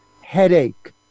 headache